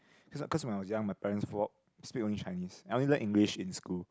cause cause when I was young my parents speak only Chinese I only learn English in school